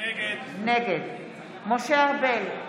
נגד משה ארבל,